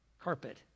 carpet